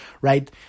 right